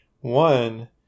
one